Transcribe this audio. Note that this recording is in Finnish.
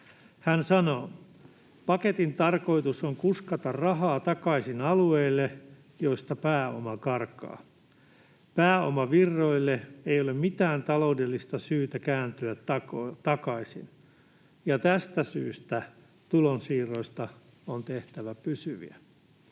Hän sanoo: ”Paketin tarkoitus on kuskata rahaa takaisin alueille, joista pääoma karkaa. Pääomavirroille ei ole mitään taloudellista syytä kääntyä takaisin, ja tästä syystä tulonsiirroista on tehtävä pysyviä.”